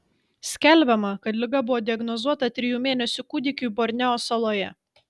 skelbiama kad liga buvo diagnozuota trijų mėnesių kūdikiui borneo saloje